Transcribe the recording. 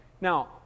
Now